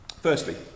Firstly